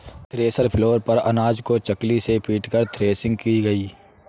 thresher floor पर अनाज को चकली से पीटकर थ्रेसिंग की गई